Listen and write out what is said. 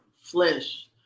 flesh